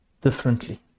differently